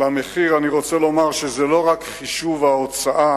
על המחיר אני רוצה לומר שזה לא רק חישוב ההוצאה,